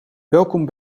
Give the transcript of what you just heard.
welkom